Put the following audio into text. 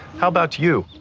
how about you?